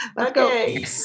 Okay